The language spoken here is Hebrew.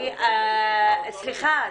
לפרטים ------ סליחה,